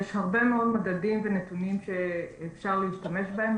יש הרבה מאוד מדדים ונתונים שאפשר להשתמש בהם,